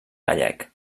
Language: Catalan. gallec